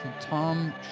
Tom